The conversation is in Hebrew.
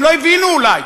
הם לא הבינו אולי,